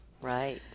Right